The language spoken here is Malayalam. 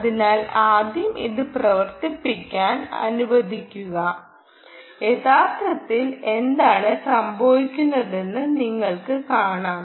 അതിനാൽ ആദ്യം ഇത് പ്രവർത്തിപ്പിക്കാൻ അനുവദിക്കുക യഥാർത്ഥത്തിൽ എന്താണ് സംഭവിക്കുന്നതെന്ന് നിങ്ങൾക്ക് കാണാം